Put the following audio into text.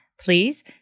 please